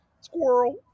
squirrel